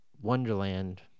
Wonderland